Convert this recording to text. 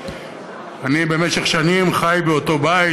משום שאני במשך שנים חי באותו בית,